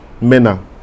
Mena